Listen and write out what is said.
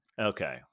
okay